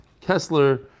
Kessler